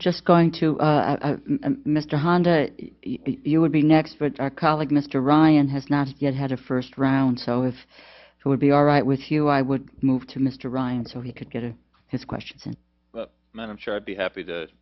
just going to mr honda you would be next but our colleague mr ryan has not yet had a first round so it's it would be alright with you i would move to mr ryan so he could get his question man i'm sure i'd be happy to